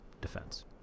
defense